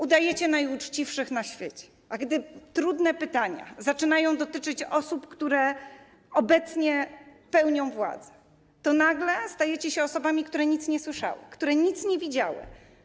Udajecie najuczciwszych na świecie, a gdy trudne pytania zaczynają dotyczyć osób, które obecnie mają władzę, to nagle stajecie się osobami, które nic nie słyszały, które nic nie widziały.